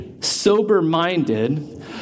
sober-minded